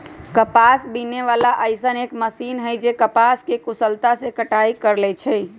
कपास बीने वाला अइसन एक मशीन है जे कपास के कुशलता से कटाई कर लेई छई